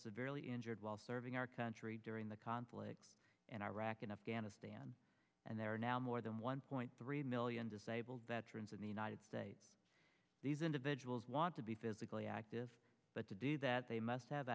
severely injured while serving our country during the conflict in iraq and afghanistan and there are now more than one point three million disabled veterans in the united states these individuals want to be physically active but to do that they must have